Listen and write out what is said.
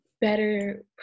better